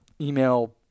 email